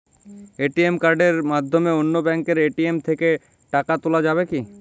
ATM কার্ডের মাধ্যমে অন্য ব্যাঙ্কের এ.টি.এম থেকে টাকা তোলা যাবে কি?